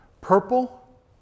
Purple